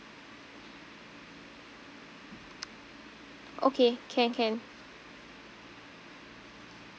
okay can can